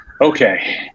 okay